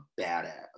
badass